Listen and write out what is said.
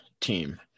team